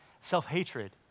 self-hatred